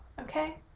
okay